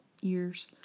years